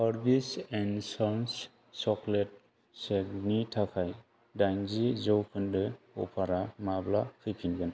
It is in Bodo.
हारविस एन्ड सान्स चक्लेट शेक नि थाखाय दाइनजि जौखोन्दो अफारा माब्ला फैफिनगोन